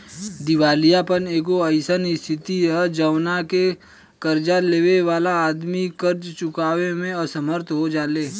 दिवालियापन एगो अईसन स्थिति ह जवना में कर्ज लेबे वाला आदमी कर्ज चुकावे में असमर्थ हो जाले